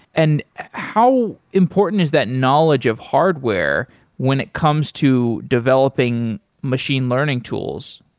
and how important is that knowledge of hardware when it comes to developing machine learning tools?